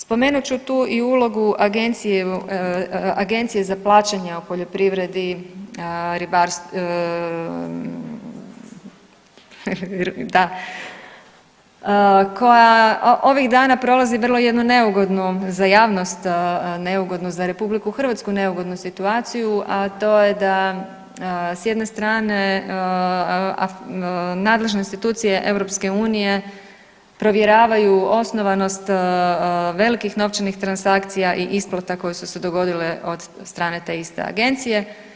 Spomenut ću tu i ulogu agencije, Agencije za plaćanja u poljoprivredi, da koja ovih dana prolazi vrlo jednu neugodnu za javnost neugodnu, za RH neugodnu situaciju, a to je da s jedne strane nadležne institucije EU provjeravaju osnovanost velikih novčanih transakcija i isplata koje su se dogodile od strane te iste agencije.